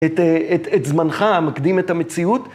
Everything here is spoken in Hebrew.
את זמנך המקדים את המציאות.